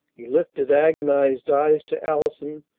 he lifted agonized eyes to allison,